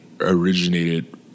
originated